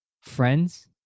Friends